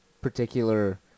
particular